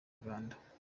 uganda